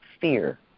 fear